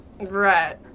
Right